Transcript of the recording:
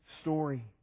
story